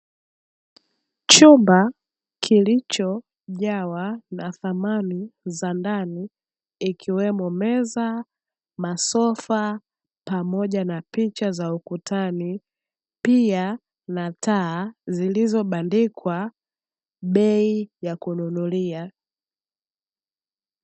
Chumba kilichojawa na samani za ndani, ikiwemo meza, masofa, pamoja na picha za ukutani, pia na taa zilizobandikwa bei ya kununulia.